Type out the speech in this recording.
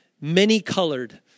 many-colored